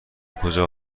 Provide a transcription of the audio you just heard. کجا